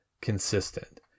consistent